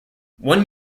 one